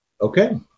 Okay